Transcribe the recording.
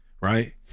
right